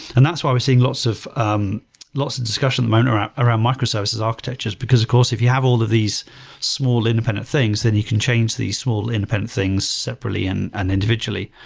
and that's why we're seeing lots of um lots of discussion and around around microservices architectures because, of course, if you have all of these small independent things then you can change these small independent things separately and and individually.